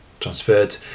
Transferred